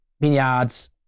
vineyards